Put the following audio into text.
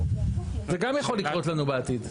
זה גם יכול לקרות לנו בעתיד.